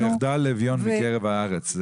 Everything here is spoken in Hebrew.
"כי לא יחדל אביון מקרב הארץ".